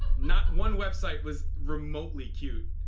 not one website was remotely cute.